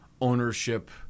ownership